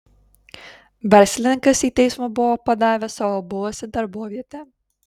verslininkas į teismą buvo padavęs savo buvusią darbovietę